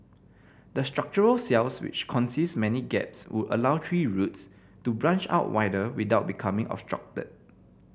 the structural cells which consist many gaps would allow tree roots to branch out wider without becoming obstructed